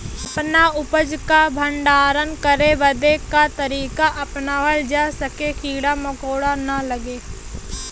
अपना उपज क भंडारन करे बदे का तरीका अपनावल जा जेसे कीड़ा मकोड़ा न लगें?